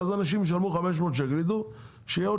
אז אנשים ישלמו 500 שקל וידעו שיהיה עוד